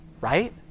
right